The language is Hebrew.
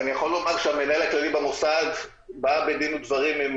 המנהל הכללי במוסד בא בדין ודברים עם